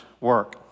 work